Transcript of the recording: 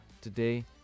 today